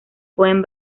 pueden